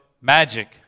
magic